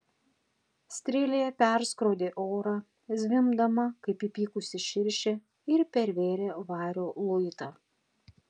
strėlė perskrodė orą zvimbdama kaip įpykusi širšė ir pervėrė vario luitą